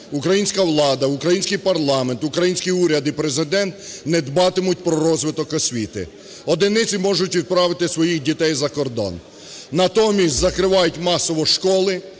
українська влада, український парламент, український уряд і Президент – не дбатимуть про розвиток освіти. Одиниці можуть відправити своїх дітей за кордон. Натомість закривають масово школи,